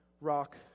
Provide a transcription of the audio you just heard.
rock